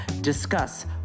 discuss